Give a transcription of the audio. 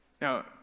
Now